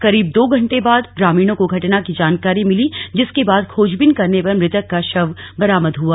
करीब दो घंटे बाद ग्रामीणों को घटना की जानकारी मिली जिसके बाद खोजबीन करने पर मृतक का शव बरामद हुआ